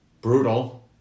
brutal